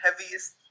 heaviest